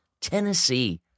Tennessee